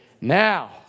Now